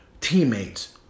teammates